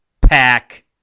Pack